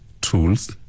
tools